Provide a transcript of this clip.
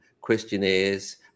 questionnaires